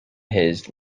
his